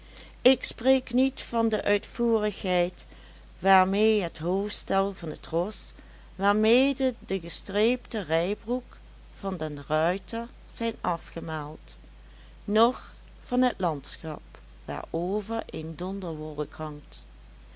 ik spreek niet van de uitvoerigheid waarmee het hoofdstel van het ros waarmede de gestreepte rijbroek van den ruiter zijn afgemaald noch van het landschap waarover een donderwolk hangt